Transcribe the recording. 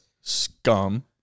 scum